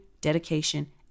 dedication